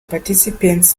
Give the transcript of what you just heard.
participants